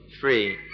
free